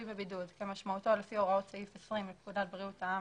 בבידוד כמשמעותי לפי הוראות סעיף 20 לפקודת בריאות העם,